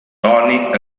tony